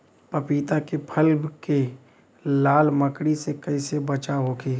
पपीता के फल के लाल मकड़ी से कइसे बचाव होखि?